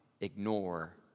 ignore